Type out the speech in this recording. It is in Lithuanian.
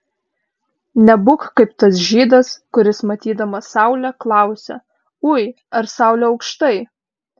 nebūk kaip tas žydas kuris matydamas saulę klausia ui ar saulė aukštai